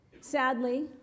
Sadly